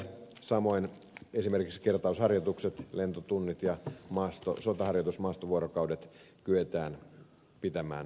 samoin esimerkiksi kertausharjoitukset lentotunnit ja sotaharjoitusmaastovuorokaudet kyetään pitämään entisellään